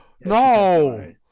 No